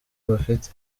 bafite